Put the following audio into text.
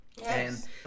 Yes